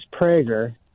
Prager